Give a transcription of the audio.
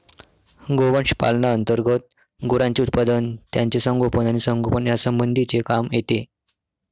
गोवंश पालना अंतर्गत गुरांचे उत्पादन, त्यांचे संगोपन आणि संगोपन यासंबंधीचे काम येते